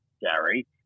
Gary